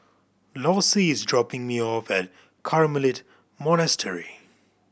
Lossie is dropping me off at Carmelite Monastery